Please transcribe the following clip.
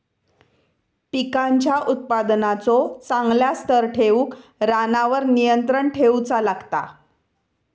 पिकांच्या उत्पादनाचो चांगल्या स्तर ठेऊक रानावर नियंत्रण ठेऊचा लागता